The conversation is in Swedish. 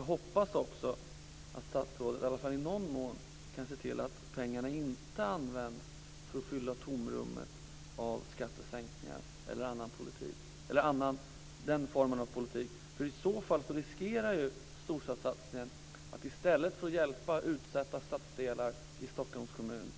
Jag hoppas också att statsrådet, i alla fall i någon mån, kan se till att pengarna inte används för att fylla tomrummet efter skattesänkningar eller den formen av politik. I så fall riskerar storstadssatsningen att i stället för att hjälpa utsatta stadsdelar i Stockholms kommun